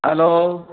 hello